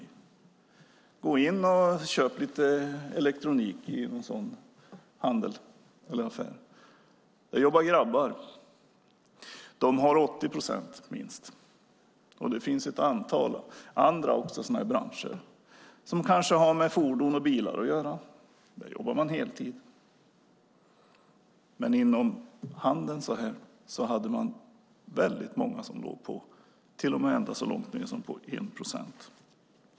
Om man går in och köper lite elektronik i en sådan affär ser man att det jobbar grabbar där som har minst 80 procents anställningsgrad. Det finns ett antal andra branscher - som kanske har med fordon och bilar att göra - där man jobbar heltid. Men inom handeln hade man väldigt många som låg till och med så lågt som på 1 procent.